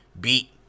beat